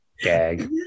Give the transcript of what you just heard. Gag